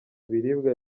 ibiribwa